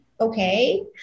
okay